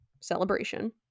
celebration